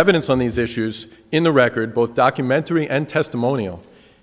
evidence on these issues in the record both documentary and testimonial